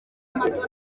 amadorali